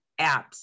apps